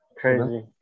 crazy